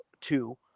two